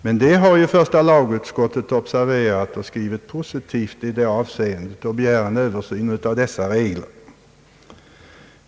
Detta problem har första lagutskottet observerat och behandlat positivt genom att begära en översyn av reglerna.